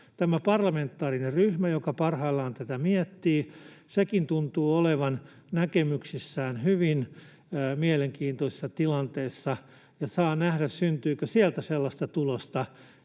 Tämä parlamentaarinen ryhmäkin, joka parhaillaan tätä miettii, tuntuu olevan näkemyksissään hyvin mielenkiintoisessa tilanteessa. Saa nähdä, syntyykö sieltä sellaista tulosta,